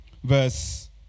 verse